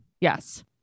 Yes